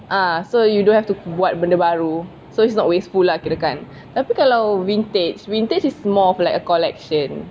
ah so you don't have to buat benda baru so it's not wasteful lah kirakan tapi kalau vintage vintage is more of like a collection